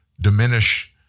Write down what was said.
diminish